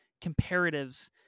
comparatives